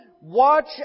Watch